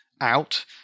out